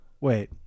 Wait